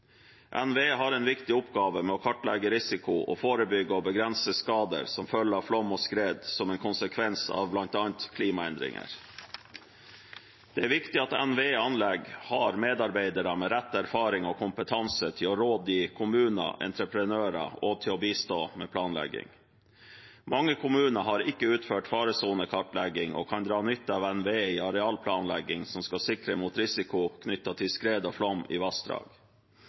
som en konsekvens av bl.a. klimaendringer. Det er viktig at NVE-anlegg har medarbeidere med rett erfaring og kompetanse til å rådgi kommuner og entreprenører og til å bistå med planlegging. Mange kommuner har ikke utført faresonekartlegging og kan dra nytte av NVE i arealplanlegging som skal sikre mot risiko knyttet til skred og flom i vassdrag.